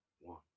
one